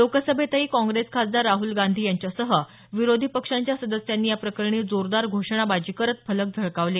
लोकसभेतही काँग्रेस खासदार राहुल गांधी यांच्यासह विरोधी पक्षांच्या सदस्यांनी या प्रकरणी जोरदार घोषणाबाजी करत फलक झळकावले